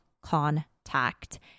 contact